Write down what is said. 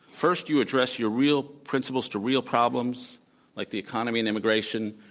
first, you address your real principles to real problems like the economy and immigration.